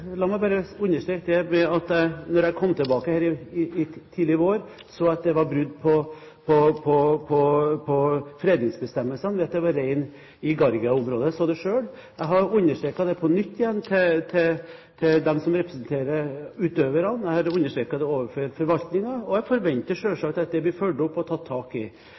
la meg bare understreke det – at jeg, da jeg kom tilbake tidlig i vår, så at det var brudd på fredningsbestemmelsene ved at det var rein i Gargia-området. Jeg så det selv. Jeg har understreket det på nytt overfor de som representerer utøverne. Jeg har understreket det overfor forvaltningen, og jeg forventer selvsagt at det blir fulgt opp og tatt tak i.